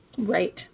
Right